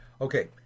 Okay